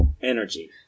energy